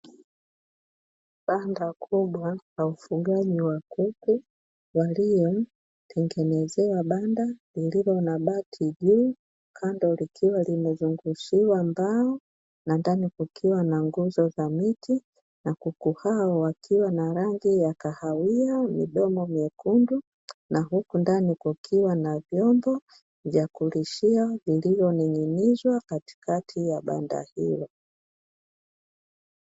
Banda kubwa la ufugaji wa kuku waliotengenezewa banda lililo na bati juu, kando likiwa limezungushiwa mbao na ndani kukiwa na nguzo za miti na kuku hao wakiwa na rangi ya kahawia, midomo myekundu na huku ndani kukiwa na vyombo vya kulishia vilivyonin'inizwa katikati ya banda hilo.